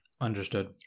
Understood